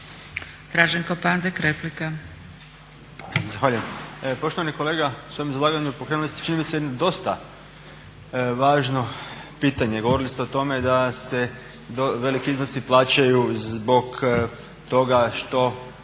Draženko (SDP)** Zahvaljujem. Poštovani kolega u svom izlaganju pokrenuli ste čini mi se jedno dosta važno pitanje. Govorili ste o tome da se veliki iznosi plaćaju zbog toga što